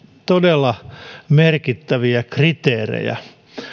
todella merkittäviä kriteerejä